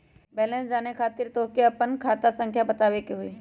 Balance जाने खातिर तोह के आपन खाता संख्या बतावे के होइ?